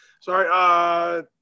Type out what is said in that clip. Sorry